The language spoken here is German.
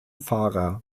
fahrer